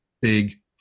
big